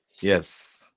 Yes